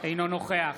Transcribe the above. אינו נוכח